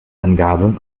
angabe